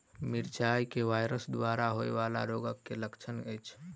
मिरचाई मे वायरस द्वारा होइ वला रोगक की लक्षण अछि?